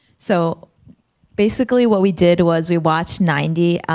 so basically what we did was we watched ninety